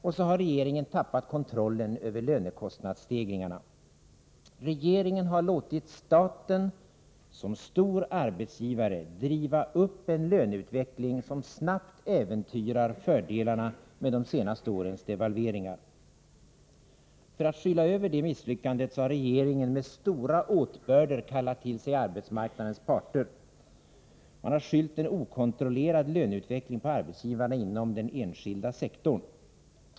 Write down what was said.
Därtill har regeringen tappat kontrollen över lönekostnadsstegringarna. Regeringen har låtit staten som stor arbetsgivare driva upp en löneutveckling som snabbt äventyrar fördelarna med de senaste årens devalveringar. För att skyla över detta misslyckande har regeringen med stora åtbörder kallat till sig arbetsmarknadens parter. Man har skyllt en okontrollerad löneutveckling på arbetsgivarna inom den enskilda sektorn.